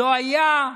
לא היה,